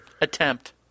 attempt